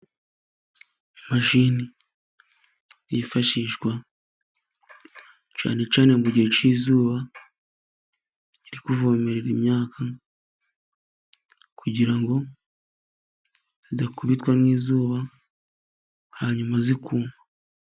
Imashini yifashishwa cyane cyane mu gihe cy'izuba, iri kuvomerera imyaka kugira ngo idakubitwa n'izuba hanyuma ikuma.